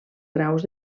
graus